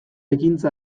ekintza